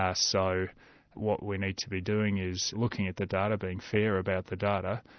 ah so what we need to be doing is looking at the data, being fair about the data,